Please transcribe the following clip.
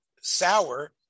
sour